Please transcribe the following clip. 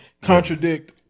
contradict